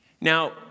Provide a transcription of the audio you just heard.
Now